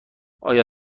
آیا